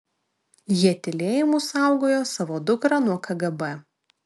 jie tylėjimu saugojo savo dukrą nuo kgb